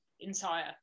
entire